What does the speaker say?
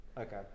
Okay